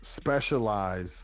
specialize